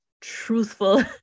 truthful